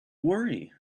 worry